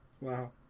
Wow